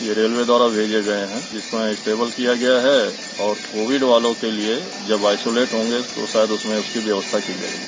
यह रेलवे द्वारा भेजे गये है जिसमें टेबिल किया गया है और कोविड वालों के लिये जब आईसोलेट होंगे तो साथ में उसकी व्यवस्था की गई है